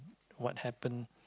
what happened